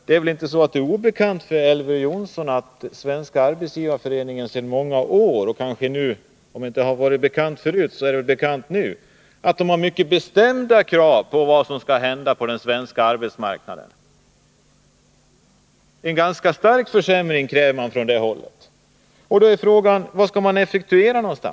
Det kan väl inte vara obekant för Elver Jonsson — men om det varit obekant förut, så måste det vara bekant nu — att Svenska arbetsgivareföreningen sedan många år har mycket bestämda krav på vad som skall hända på den svenska arbetsmarknaden. Man kräver från det hållet en ganska kraftig försämring. Då är frågan: Var skall man effektuera detta?